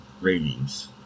ratings